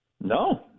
No